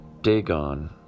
Dagon